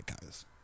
guys